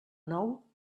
nou